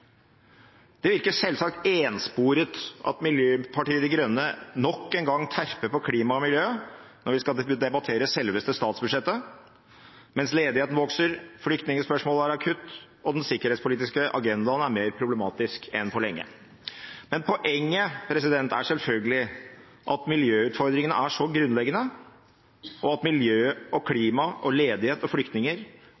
Det virker selvsagt ensporet at Miljøpartiet De Grønne nok en gang terper på klima og miljø når vi skal debattere selveste statsbudsjettet, mens ledigheten vokser, flyktningspørsmålet er akutt og den sikkerhetspolitiske agendaen er mer problematisk enn på lenge. Poenget er selvfølgelig at miljøutfordringene er så grunnleggende, og at miljø-, klima-, ledighets-, flyktning- og sikkerhetspolitikk henger stadig sterkere sammen. Forhåpningene om at vi kan holde klima- og